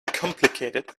complicated